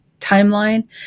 timeline